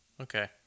Okay